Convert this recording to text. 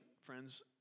friends